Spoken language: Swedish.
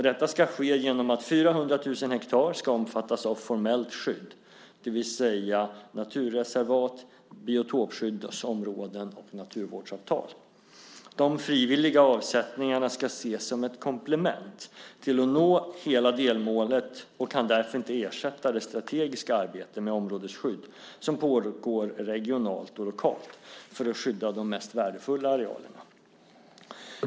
Detta ska ske genom att 400 000 hektar ska omfattas av formellt skydd, det vill säga naturreservat, biotopskyddsområden och naturvårdsavtal. De frivilliga avsättningarna ska ses som ett komplement till att nå hela delmålet och kan därför inte ersätta det strategiska arbete med områdesskydd som pågår regionalt och lokalt för att skydda de mest värdefulla arealerna.